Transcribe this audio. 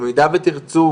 במידה ותרצו